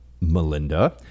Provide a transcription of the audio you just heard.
Melinda